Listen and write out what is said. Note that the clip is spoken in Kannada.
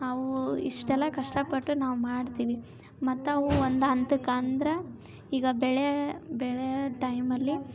ಅವು ಇಷ್ಟೆಲ್ಲ ಕಷ್ಟಪಟ್ಟು ನಾವು ಮಾಡ್ತೀವಿ ಮತ್ತವು ಒಂದು ಹಂತಕ್ಕಂದ್ರೆ ಈಗ ಬೆಳೆ ಬೆಳೆಯೋ ಟೈಮಲ್ಲಿ